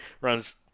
runs